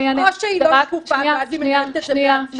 או שהיא לא שקופה ואז היא מנהלת את זה בעצמה,